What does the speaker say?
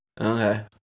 Okay